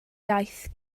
iaith